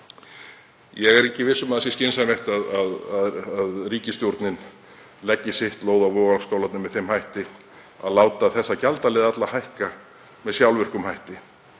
Ég er ekki viss um að það sé skynsamlegt að ríkisstjórnin leggi sitt lóð á vogarskálarnar með því að láta þessa gjaldaliði alla hækka með sjálfvirkum hætti.